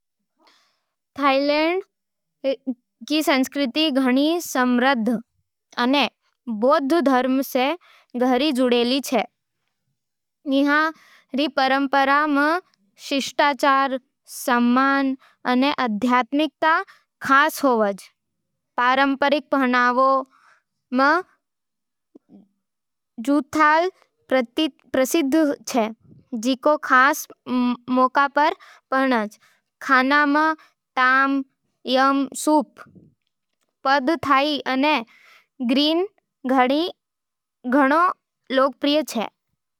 थाईलैंड रो संस्कृति घणो समृद्ध अने बौद्ध धर्म सै गहरी जुड़ेली छे। इहाँ री परंपरावां में शिष्टाचार, सम्मान अने आध्यात्मिकता खास होवज। पारंपरिक पहनावा में चुत थाई प्रसिद्ध होवे, जिको खास मौकावां पर पहरें। खाना में tom yum soup, pad Thai अने ग्रीन करी घणो लोकप्रिय छे।